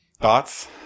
Thoughts